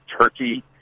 Turkey